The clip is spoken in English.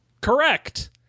Correct